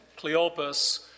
Cleopas